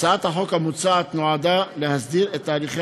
הצעת החוק המוצעת נועד להסדיר את תהליכי